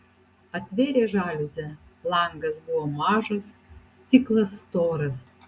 atvėrė žaliuzę langas buvo mažas stiklas storas